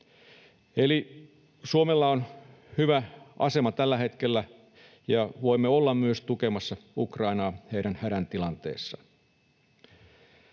Eli Suomella on hyvä asema tällä hetkellä, ja voimme olla myös tukemassa Ukrainaa heidän hätänsä tilanteessa.